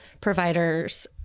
providers